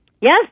Yes